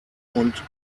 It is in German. und